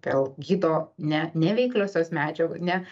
vėl gydo ne ne veikliosios medžiag ne